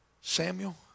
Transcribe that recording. Samuel